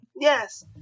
Yes